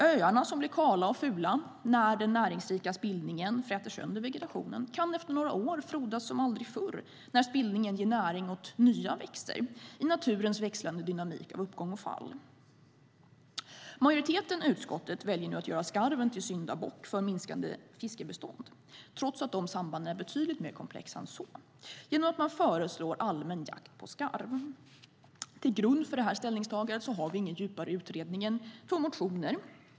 Öarna som blir kala och fula när den näringsrika spillningen fräter sönder vegetationen kan efter några år frodas som aldrig förr när spillningen ger näring åt nya växter i naturens växlande dynamik av uppgång och fall. Majoriteten i utskottet väljer nu att göra skarven till syndabock för minskande fiskebestånd, trots att sambanden är betydligt mer komplexa än så, genom att föreslå allmän jakt på skarv. Till grund för ställningstagandet har vi ingen djupare utredning än motioner.